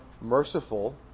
merciful